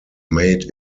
made